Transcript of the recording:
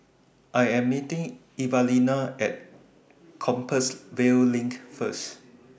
I Am meeting Evalena At Compassvale LINK First